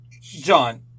John